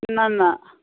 نہَ نہَ